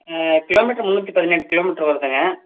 kilometre முந்நூற்றி பதினெட்டு kilometre வருதுங்க